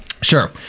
Sure